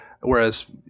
whereas